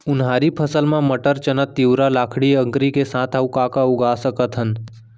उनहारी फसल मा मटर, चना, तिंवरा, लाखड़ी, अंकरी के साथ अऊ का का उगा सकथन?